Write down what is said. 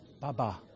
Baba